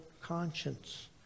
conscience